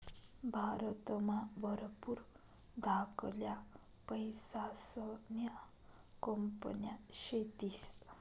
भारतमा भरपूर धाकल्या पैसासन्या कंपन्या शेतीस